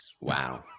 wow